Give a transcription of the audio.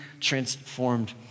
transformed